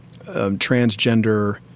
transgender